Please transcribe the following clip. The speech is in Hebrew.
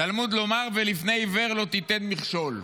תלמוד לומר: ולפני עיוור לא תיתן מכשול",